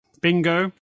Bingo